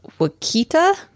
wakita